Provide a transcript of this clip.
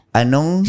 anong